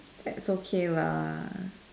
that's okay lah